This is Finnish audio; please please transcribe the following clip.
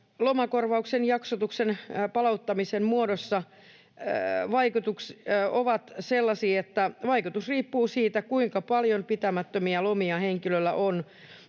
”Lomakorvauksen jaksotuksen palauttamisen vaikutukset ovat sellaisia, että vaikutus riippuu siitä, kuinka paljon pitämättömiä lomia henkilöllä on.”